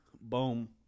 boom